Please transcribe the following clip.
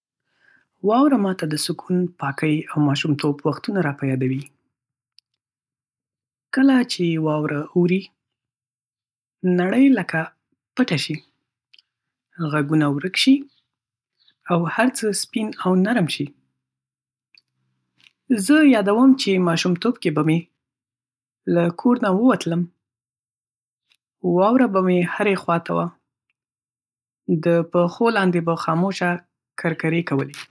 واوره ما ته د سکون، پاکۍ، او ماشومتوب وختونه را په یادوي. کله چې واوره اوري، نړۍ لکه پټه شي، غږونه ورک شي، او هر څه سپین او نرم شي. زه یادوم چې ماشومتوب کې به له کور نه ووتلم، واوره به هرې خوا ته وه، د پښو لاندې به خاموشه کرکرې کوله.